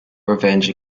revenge